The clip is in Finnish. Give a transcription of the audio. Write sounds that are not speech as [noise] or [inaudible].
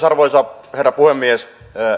[unintelligible] arvoisa herra puhemies